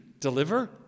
deliver